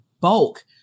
bulk